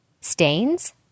Stains